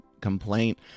complaint